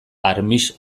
armix